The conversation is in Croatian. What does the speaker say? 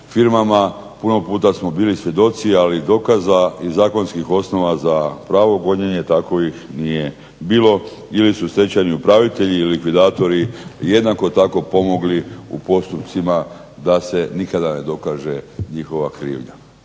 Puno puta smo bili svjedoci, ali dokaza i zakonskih osnova za pravo gonjenje takvih nije bilo ili su stečajni upravitelji i likvidatori jednako tako pomogli u postupcima da se nikada ne dokaže njihova krivnja.